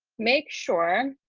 make sure